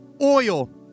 oil